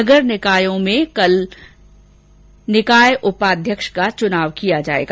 नगर निकायों में कल निकाय उपाध्यक्ष का चुनाव किया जाएगा